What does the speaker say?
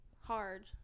hard